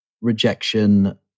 rejection